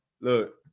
look